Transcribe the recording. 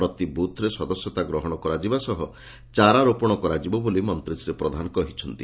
ପ୍ରତି ବୁଥ୍ରେ ସଦସ୍ୟତା ଗ୍ରହଣ କରାଯିବା ସହ ଚାରା ରୋପଣ କରାଯିବ ବୋଲି ମନ୍ତୀ ଶ୍ରୀ ପ୍ରଧାନ କହିଛନ୍ତି